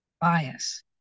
bias